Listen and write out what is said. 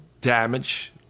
damage